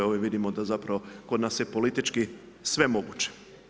Ovdje vidimo da zapravo kod nas je politički sve moguće.